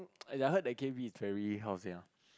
I heard that K_V is very how to say ah